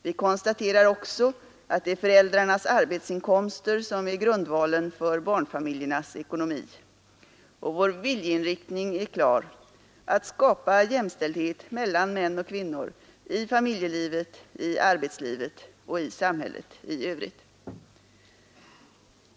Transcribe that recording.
Vi konstaterar också att det är föräldrarnas arbetsinkomster som är grundvalen för barnfamiljernas ekonomi. Och vår viljeinriktning är klar: att skapa jämställdhet mellan män och kvinnor i familjelivet, i arbetslivet och i samhället i övrigt.